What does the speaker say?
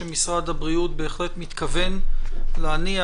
שמשרד הבריאות בהחלט מתכוון להניח